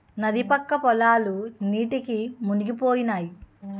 నది పక్క పొలాలు నీటికి మునిగిపోనాయి